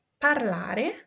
parlare